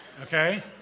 Okay